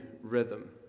rhythm